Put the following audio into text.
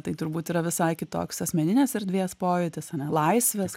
tai turbūt yra visai kitoks asmeninės erdvės pojūtis ane laisvės